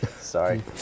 Sorry